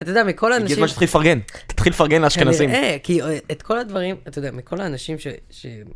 אתה יודע, מכל האנשים ש... הגיע הזמן שתתחיל לפרגן, תתחיל לפרגן לאשכנזים. כי את כל הדברים, אתה יודע, מכל האנשים ש...